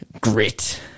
grit